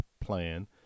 plan